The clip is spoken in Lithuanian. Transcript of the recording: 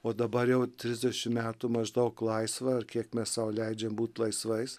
o dabar jau trisdešimt metų maždaug laisvą kiek mes sau leidžia būti laisvais